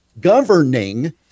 governing